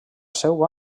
seu